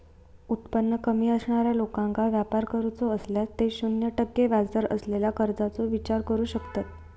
उत्पन्न कमी असणाऱ्या लोकांका व्यापार करूचो असल्यास ते शून्य टक्के व्याजदर असलेल्या कर्जाचो विचार करू शकतत